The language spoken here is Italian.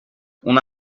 una